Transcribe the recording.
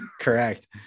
Correct